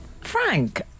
Frank